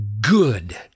good